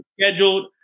scheduled